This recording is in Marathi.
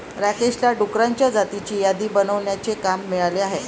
राकेशला डुकरांच्या जातींची यादी बनवण्याचे काम मिळाले आहे